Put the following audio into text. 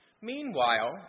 Meanwhile